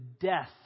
death